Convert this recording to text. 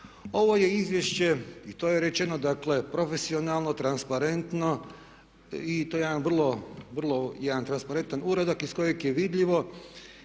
Ovo je izvješće, i to je rečeno, dakle profesionalno, transparentno i to je jedan vrlo transparentan uradak iz kojeg je vidljivo